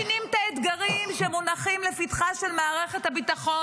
לא מבינים את האתגרים שמונחים לפתחה של מערכת הביטחון,